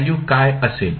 value काय असेल